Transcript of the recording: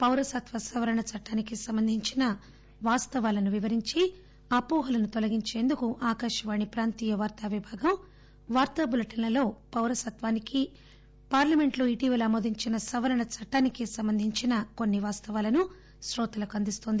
పౌరసత్వ సవరణ చట్టానికి సంబంధించిన వాస్తవాలను వివరించి అపోహలను తొలగించేందుకు ఆకాశవాణి ప్రాంతీయ వార్తా విభాగం నుండి వార్తా బులెటిన్ లలో పౌర సత్వానికి పార్లమెంటు ఇటీవల ఆమోదించిన సవరణ చట్టం కు సంబంధించిన కొన్ని వాస్తవాలను క్రోతలకు అందిస్తోంది